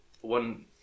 one